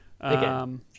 Again